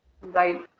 Right